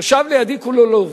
מושב לידי כולו לובים,